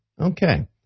Okay